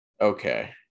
Okay